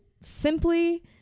simply